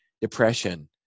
depression